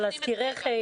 אבל להזכירך,